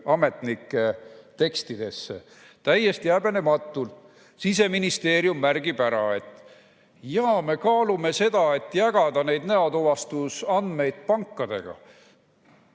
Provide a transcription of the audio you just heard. ametnike tekstidesse. Siseministeerium märgib ära, et jaa, me kaalume seda, et jagada neid näotuvastusandmeid pankadega.